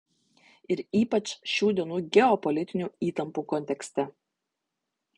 ir ypač šių dienų geopolitinių įtampų kontekste